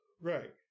right